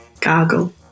Gargle